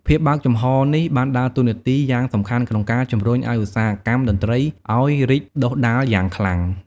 ភាពបើកចំហរនេះបានដើរតួនាទីយ៉ាងសំខាន់ក្នុងការ ជំរុញឱ្យឧស្សាហកម្មតន្ត្រីអោយរីកដុះដាលយ៉ាងខ្លាំង។